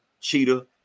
cheetah